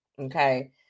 Okay